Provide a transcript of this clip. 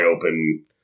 open